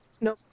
No